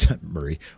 Murray